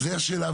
זאת השאלה.